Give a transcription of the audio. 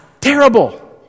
terrible